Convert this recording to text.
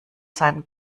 seinem